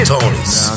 Tony's